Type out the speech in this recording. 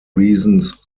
reasons